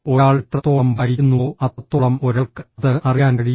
ഒരാൾ എത്രത്തോളം വായിക്കുന്നുവോ അത്രത്തോളം ഒരാൾക്ക് അത് അറിയാൻ കഴിയും